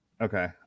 okay